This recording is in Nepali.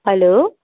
हेलो